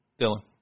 Dylan